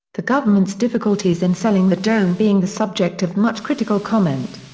the government's difficulties in selling the dome being the subject of much critical comment.